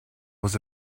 was